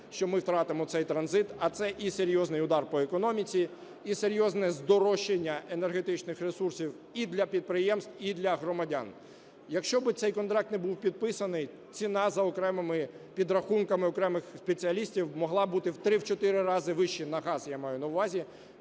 що ми втратимо цей транзит. А це і серйозний удар по економіці, і серйозне здорожчання енергетичних ресурсів і для підприємств, і для громадян. Якщо би цей контракт не був підписаний, ціна за окремими підрахунками окремих спеціалістів могла бути в 3, в 4 рази вища на газ, я маю на увазі,